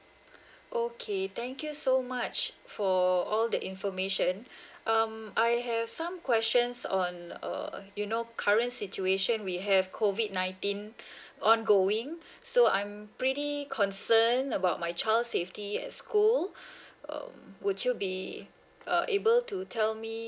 okay thank you so much for all the information um I have some questions on err you know current situation we have COVID nineteen ongoing so I'm pretty concern about my child's safety at school um would you be uh able to tell me